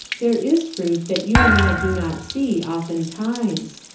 there is fruit that you and i do not see, oftentimes.